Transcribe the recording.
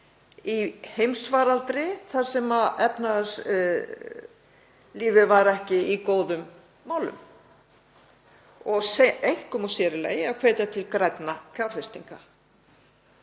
í heimsfaraldri þar sem efnahagslífið var ekki í góðum málum og einkum og sér í lagi að hvetja til grænna fjárfestinga.